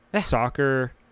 soccer